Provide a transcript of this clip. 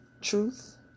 truth